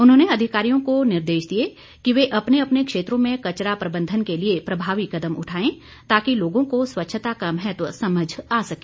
उन्होंने अधिकारियों को निर्देश दिए की वे अपने अपने क्षेत्रों में कचरा प्रबंधन के लिए प्रभावी कदम उठाएं ताकि लोगों को स्वच्छता का महत्व समक्ष आ सके